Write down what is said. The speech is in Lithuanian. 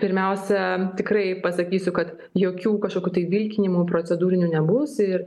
pirmiausia tikrai pasakysiu kad jokių kažkokių tai vilkinimų procedūrinių nebus ir